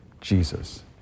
Jesus